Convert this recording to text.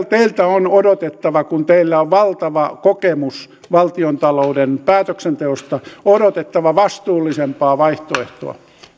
teiltä on odotettava kun teillä on valtava kokemus valtiontalouden päätöksenteosta vastuullisempaa vaihtoehtoa